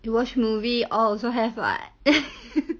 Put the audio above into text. you watch movie all also have [what]